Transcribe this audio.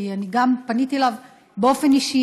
כי אני גם פניתי אליו באופן אישי,